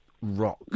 rock